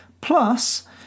plus